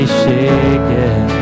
shaken